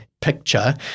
picture